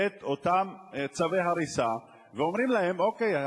את אותם צווי הריסה ואומרים להם: אוקיי,